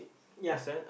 ya